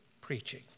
preaching